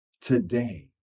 Today